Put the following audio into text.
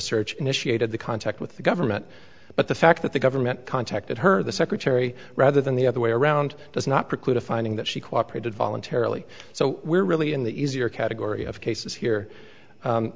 search initiated the contact with the government but the fact that the government contacted her the secretary rather than the other way around does not preclude a finding that she cooperated voluntarily so we're really in the easier category of cases here